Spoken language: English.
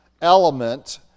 element